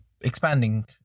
expanding